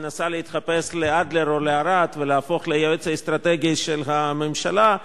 ומנסה להתחפש לאדלר או לארד ולהפוך ליועץ האסטרטגי של הממשלה.